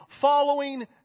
following